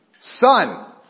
Son